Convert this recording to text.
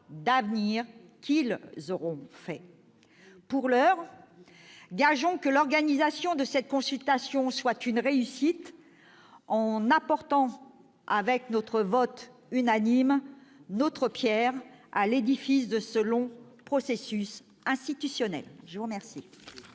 d'avenir qu'ils auront fait. Pour l'heure, gageons que l'organisation de cette consultation sera une réussite, en apportant avec notre vote unanime notre pierre à l'édifice de ce long processus institutionnel. La parole